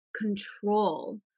control